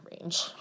range